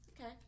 Okay